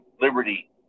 liberty